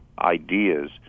ideas